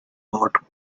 not